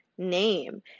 name